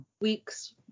weeks